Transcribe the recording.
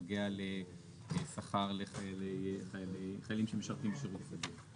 הוא נוגע לשכר לחיילים שמשרתים בשירות סדיר.